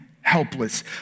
helpless